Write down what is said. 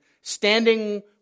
standing